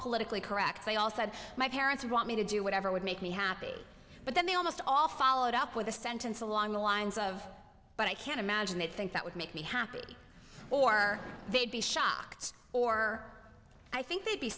politically correct they all said my parents want me to do whatever would make me happy but then they almost all followed up with a sentence along the lines of but i can't imagine they'd think that would make me happy or they'd be shocked or i think they'd be